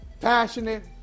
Passionate